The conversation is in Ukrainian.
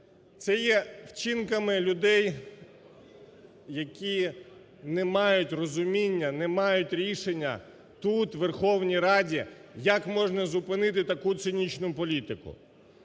це є вчинками людей, які не мають розуміння, не мають рішення тут у Верховній Раді, як можна зупинити таку цинічну політику.